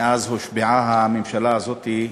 מאז הושבעה הממשלה הזאת,